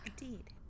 Indeed